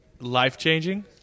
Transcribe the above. life-changing